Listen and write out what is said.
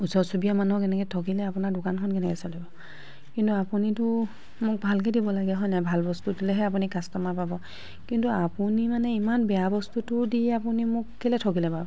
ওচৰ চুবুৰীয়া মানুহক এনেকৈ ঠগিলে আপোনাৰ দোকানখন কেনেকৈ চলিব কিন্তু আপুনিটো মোক ভালকৈ দিব লাগে হয় নাই ভাল বস্তু দিলেহে আপুনি কাষ্ট'মাৰ পাব কিন্তু আপুনি মানে ইমান বেয়া বস্তুটো দি আপুনি মোক কে'লে ঠগিলে বাৰু